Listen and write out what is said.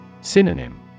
Synonym